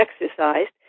exercised